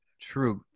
truth